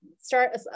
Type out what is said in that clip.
start